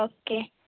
okay